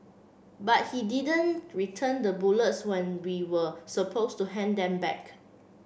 but he didn't return the bullets when we were supposed to hand them back